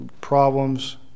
problems